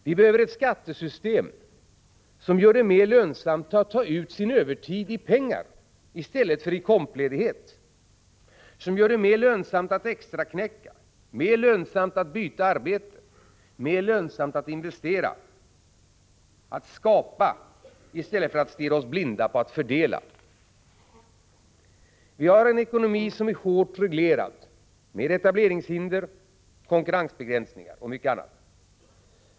Vi behöver ett skattesystem som gör det mer lönsamt att ta ut sin övertid i pengarii stället för i kompledighet, som gör det mer lönsamt att extraknäcka, att byta arbete och att investera — att skapa i stället för att stirra oss blinda på att fördela. Vi har en ekonomi som är hårt reglerad genom etableringshinder, konkurrensbegränsningar och mycket annat.